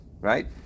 Right